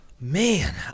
Man